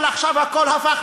אבל עכשיו הכול הפך,